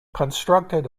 constructed